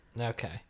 Okay